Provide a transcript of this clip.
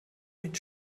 mit